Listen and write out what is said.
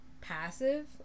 passive